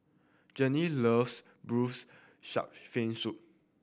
Journey loves Braised Shark Fin Soup